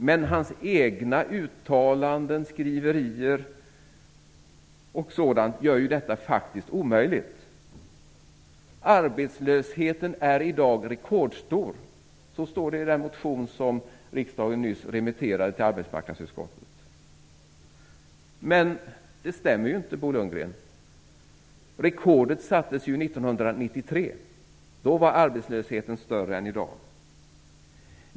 Men hans egna uttalanden och skriverier gör detta omöjligt. "Arbetslösheten är i dag rekordstor" står det i den motion som riksdagen nyss remitterade till arbetsmarknadsutskottet. Men det stämmer inte, Bo Lundgren. Rekordet sattes 1993. Då var arbetslösheten större än i dag.